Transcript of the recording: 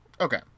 Okay